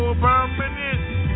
permanent